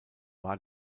war